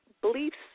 beliefs